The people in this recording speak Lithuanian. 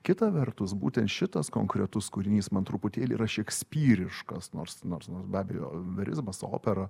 kita vertus būtent šitas konkretus kūrinys man truputėlį yra šekspyriškas nors nors nors be abejo verizmas opera